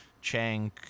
Chang